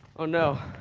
oh no.